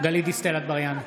גלית דיסטל אטבריאן,